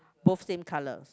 both same colours